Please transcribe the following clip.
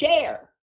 share